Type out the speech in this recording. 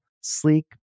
sleek